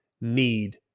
need